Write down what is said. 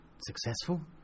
successful